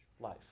life